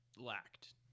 lacked